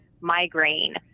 migraine